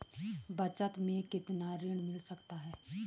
बचत मैं कितना ऋण मिल सकता है?